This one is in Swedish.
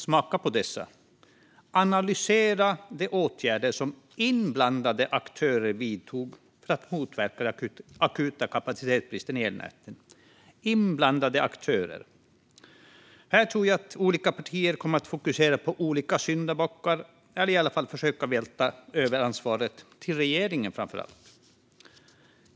Smaka på dessa ord: "analysera de åtgärder som inblandade aktörer vidtog för att motverka den akuta kapacitetsbristen i elnäten". Inblandade aktörer, står det. Här tror jag att olika partier kommer att fokusera på olika syndabockar eller i alla fall försöka vältra över ansvaret på framför allt regeringen.